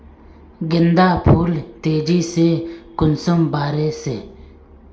गेंदा फुल तेजी से कुंसम बार से?